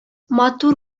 матур